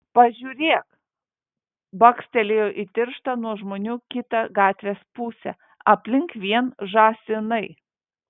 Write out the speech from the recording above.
pažiūrėk bakstelėjo į tirštą nuo žmonių kitą gatvės pusę aplink vien žąsinai